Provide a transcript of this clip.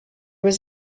was